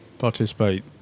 participate